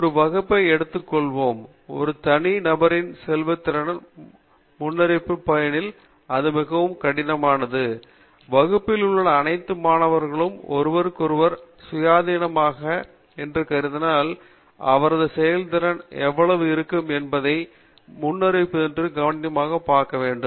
ஒரு வகுப்பை எடுத்துக்கொள்வோம் ஒரு தனி நபரின் செயல்திறனை முன்னறிவிப்போம் எனில் அது மிகவும் கடினமானது வகுப்பில் உள்ள அனைத்து மாணவர்களும் ஒருவருக்கொருவர் சுயாதீனமானவர்கள் என்று கருதினால் அவரது செயல்திறன் எவ்வளவு இருக்கும் என்பதை முன்னறிவிப்பதில் கடினமாக இருக்க வேண்டும்